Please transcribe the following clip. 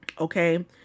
Okay